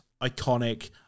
iconic